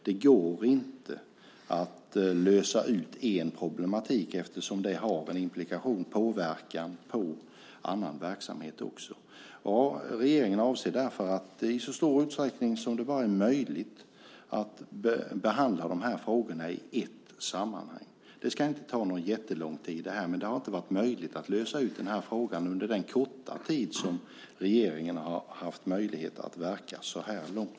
Det går inte att lösa ut enbart en problematik eftersom den har en implikation, en påverkan på annan verksamhet också. Regeringen avser därför att i så stor utsträckning som det bara är möjligt behandla de här frågorna i ett sammanhang. Det ska inte ta jättelång tid, men det har inte varit möjligt att lösa ut den här frågan under den korta tid som regeringen har haft möjlighet att verka så här långt.